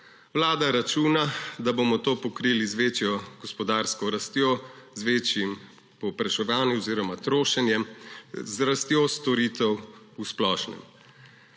Vlada računa, da bomo to pokrili z večjo gospodarsko rastjo, z večjim povpraševanjem oziroma trošenjem, z rastjo storitev v splošnem.